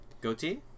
Goatee